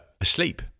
asleep